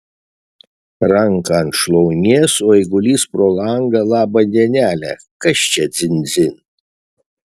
ranką ant šlaunies o eigulys pro langą labą dienelę kas čia dzin dzin